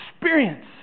experience